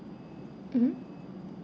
mmhmm